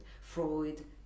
Freud